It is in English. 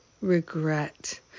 regret